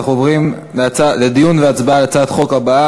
אנחנו עוברים לדיון בהצעת החוק הבאה,